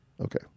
Okay